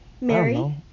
Mary